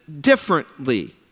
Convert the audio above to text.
differently